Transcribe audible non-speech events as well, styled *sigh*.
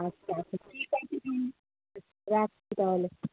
আচ্ছা আচ্ছা ঠিক আছে *unintelligible* রাখছি তাহলে